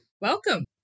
Welcome